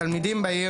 התלמידים בעיר,